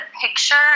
picture